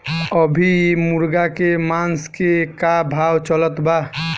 अभी मुर्गा के मांस के का भाव चलत बा?